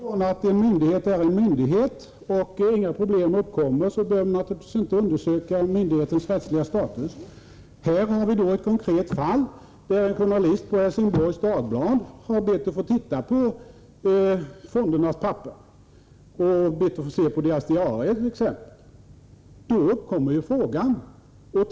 Herr talman! Om man utgår från att en myndighet är en myndighet och inga problem uppkommer, behöver man naturligtvis inte undersöka myndighetens rättsliga status. I ett konkret fall har en journalist på Helsingborgs Dagblad bett att få titta på fondernas papper. Journalisten har t.ex. bett att få titta på diarierna. Det är då som frågan om fondernas rättsliga ställning uppkommer.